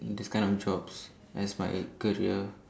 this kind of jobs as my career